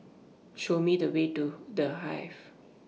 Show Me The Way to The Hive